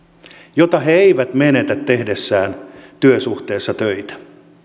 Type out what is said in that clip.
jota he eivät menetä tehdessään työsuhteessa töitä